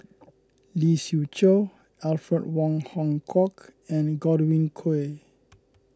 Lee Siew Choh Alfred Wong Hong Kwok and Godwin Koay